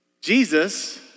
Jesus